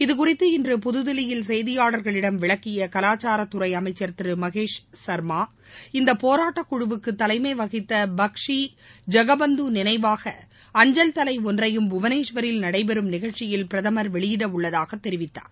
இதுகுறித்து இன்று புதுதில்லியில் செய்தியாளர்களிடம் விளக்கிய கலச்சாரத்துறை அமைச்சர் திரு மகேஷ் சர்மா இந்த போராட்டக்குழுவுக்கு தலைமை வகித்த பக்ஷி ஜக பந்து நினைவாக அஞ்சல் தலை ஒன்றையும் புவனேஸ்வரில் நடைபெறும் நிகழ்ச்சியில் பிரதமர் வெளியிடவுள்ளதாக தெரிவித்தார்